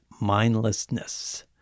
mindlessness